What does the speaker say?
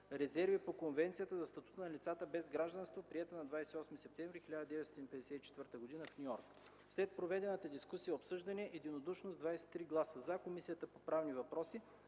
резерви по Конвенцията за статута на лицата без гражданство, приета на 28 септември 1954 г. в Ню Йорк. След проведената дискусия и обсъждане единодушно, с 23 гласа „за”, Комисията по правни въпроси